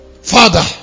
Father